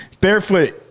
Barefoot